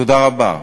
תודה רבה.